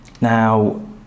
Now